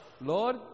Lord